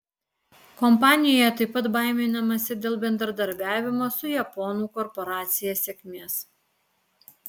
kompanijoje taip pat baiminamasi dėl bendradarbiavimo su japonų korporacija sėkmės